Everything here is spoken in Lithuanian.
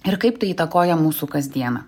ir kaip tai įtakoja mūsų kasdieną